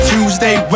Tuesday